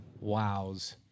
wows